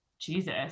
jesus